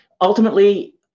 ultimately